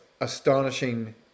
astonishing